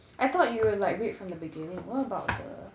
I thought you would like read from the beginning what about the